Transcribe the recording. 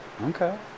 Okay